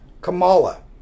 Kamala